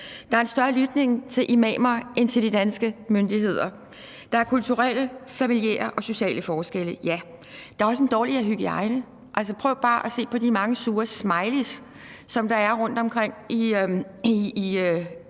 lytter mere til imamer end til de danske myndigheder. Der er kulturelle, familiære og sociale forskelle, ja, men der er også en dårligere hygiejne. Altså, prøv bare at se på de mange sure smileys, som der er rundtomkring i